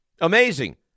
Amazing